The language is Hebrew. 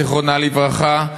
זיכרונה לברכה,